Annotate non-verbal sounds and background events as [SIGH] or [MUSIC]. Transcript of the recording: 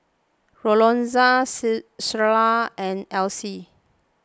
Lorenza [UNINTELLIGIBLE] Shayla and Elise